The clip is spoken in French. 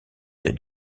des